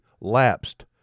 lapsed